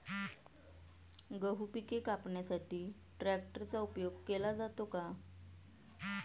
गहू पिके कापण्यासाठी ट्रॅक्टरचा उपयोग केला जातो का?